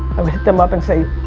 i would hit them up and say,